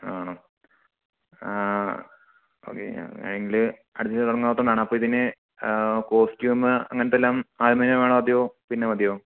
ആണോ ഓക്കെ അങ്ങനെ ആണെങ്കിൽ അടുത്ത ഇനി തുടങ്ങുന്ന ദിവസം കാണാം അപ്പോൾ ഇതിന് കോസ്റ്റ്യൂമ് അങ്ങനത്തെ എല്ലാം ആദ്യം തന്നെ വേണോ അതെയോ പിന്നെ മതിയോ